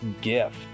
gift